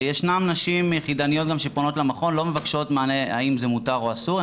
ישנן נשים יחידניות שפונות למכון ולא מבקשות מענה האם זה מותר או אסור,